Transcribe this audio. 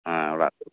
ᱦᱮᱸ ᱚᱲᱟᱜ